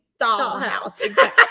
dollhouse